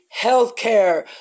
healthcare